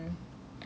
mm